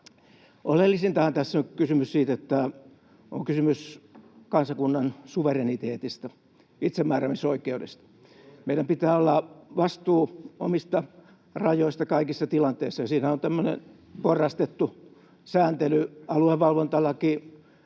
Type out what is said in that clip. Oleellisintahan tässä on kysymys kansakunnan suvereniteetista, itsemääräämisoikeudesta. Meillä pitää olla vastuu omista rajoista kaikissa tilanteissa, ja siinä on tämmöinen porrastettu sääntely. Aluevalvontalaki